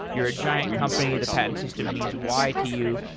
you're a giant company, the patent system means y to you.